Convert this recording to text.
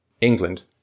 England